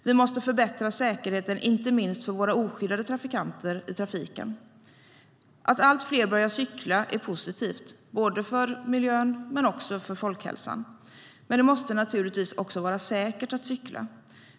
Vi måste förbättra säkerheten inte minst för våra oskyddade trafikanter i trafiken. Att allt fler börjar cykla är positivt för miljön men också för folkhälsan. Men det måste naturligtvis vara säkert att cykla.